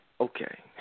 okay